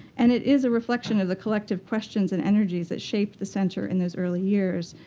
and it is a reflection of the collective questions and energies that shaped the center in those early years.